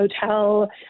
hotel